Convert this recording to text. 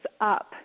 up